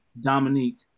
Dominique